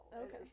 okay